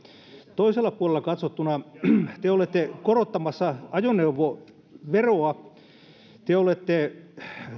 toiselta puolelta katsottuna te olette korottamassa ajoneuvoveroa te olette